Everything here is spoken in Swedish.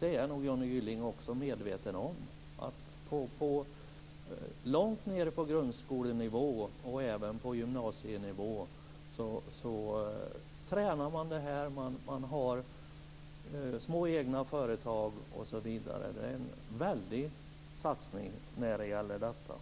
Det är nog också Johnny Gylling medveten om. Långt nere på grundskolenivå och även på gymnasienivå tränar man detta, man har små egna företag, osv. Det är en väldig satsning på detta.